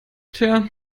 tja